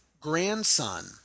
grandson